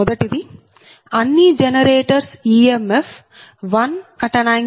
మొదటి ది అన్ని జనరేటర్స్ ఈఎంఎఫ్ 1∠0p